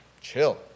chill